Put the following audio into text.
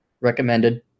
recommended